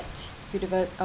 university